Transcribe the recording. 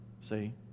See